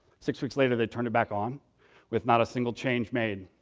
six weeks later, they turned it back on with not a single change made.